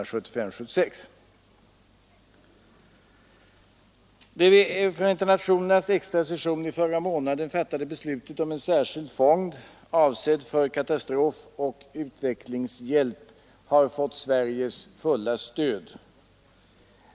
Det vid Förenta nationernas extra session i förra månaden fattade beslutet om en särskild fond, avsedd för katastrofoch utvecklingshjälp, har fått Sveriges fulla stöd.